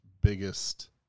biggest